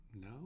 No